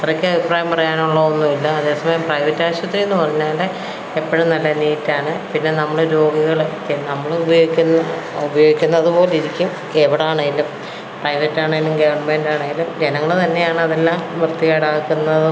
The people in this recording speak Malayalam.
അത്രയ്ക്ക് അഭിപ്രായം പറയാനുള്ള ഒന്നുമില്ല അതേ സമയം പ്രൈവറ്റ് ആശുപത്രി എന്ന് പറഞ്ഞാൽ എപ്പോഴും നല്ല നീറ്റ് ആണ് പിന്നെ നമ്മൾ രോഗികൾ നമ്മൾ ഉപയോഗിക്കുന്ന ഉപയോഗിക്കുന്നത് പോലെ ഇരിക്കും എവിടെ ആണെങ്കിലും പ്രൈവറ്റ് ആണെങ്കിലും ഗവൺമെൻ്റ് ആണേലും ജനങ്ങൾ തന്നെയാണ് അതെല്ലാം വൃത്തികേടാക്കുന്നതും